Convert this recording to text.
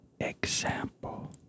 example